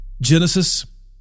Genesis